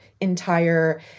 entire